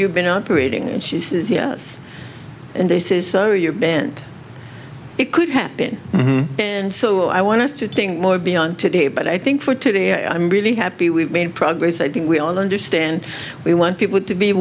you been operating and she says yes and this is so your band it could happen and so i want us to think more beyond today but i think for today i'm really happy we've made progress i think we all understand we want people to be